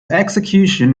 execution